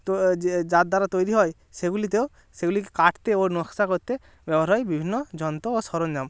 তো যে যার দ্বারা তৈরি হয় সেগুলিতেও সেগুলিকে কাটতে ও নকশা করতে ব্যবহার হয় বিভিন্ন যন্ত্র ও সরঞ্জাম